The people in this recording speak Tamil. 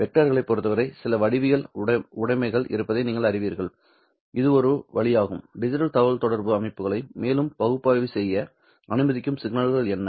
வெக்டர்களைப் பொறுத்தவரை சில வடிவியல் உடமைகள் இருப்பதை நீங்கள் அறிவீர்கள் இது ஒரு வழியாகும் டிஜிட்டல் தகவல் தொடர்பு அமைப்புகளை மேலும் பகுப்பாய்வு செய்ய அனுமதிக்கும் சிக்னல்கள் என்ன